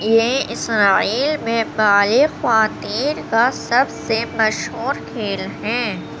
یہ اسرائیل میں بالغ خواتین کا سب سے مشہور کھیل ہے